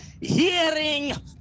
hearing